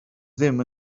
ddim